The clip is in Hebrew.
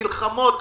מלחמות,